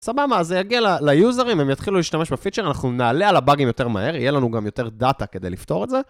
סבבה, אז זה יגיע ליוזרים, הם יתחילו להשתמש בפיצ'ר, אנחנו נעלה על הבאגים יותר מהר, יהיה לנו גם יותר דאטה כדי לפתור את זה.